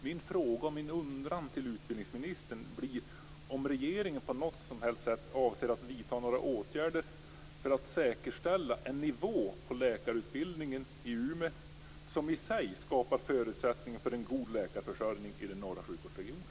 Min fråga och min undran till utbildningsministern blir: Avser regeringen på något som helst sätt att vidta några åtgärder för att säkerställa en nivå på läkarutbildningen i Umeå som i sig skapar förutsättningar för en god läkarförsörjning i den norra sjukvårdsregionen?